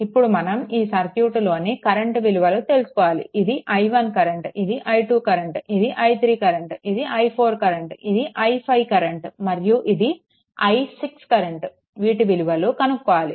ఇప్పుడు మనం ఈ సర్క్యూట్ లోని కరెంట్ విలువలు తెలుసుకోవాలి ఇది i1 కరెంట్ ఇది i2 కరెంట్ ఇది i3 కరెంట్ ఇది i4 కరెంట్ ఇది i5 కరెంట్ మరియు ఇది i6 కరెంట్ వాటి విలువలు కనుక్కోవాలి